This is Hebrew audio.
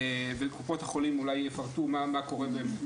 וקופות החולים אולי יפרטו מה קורה.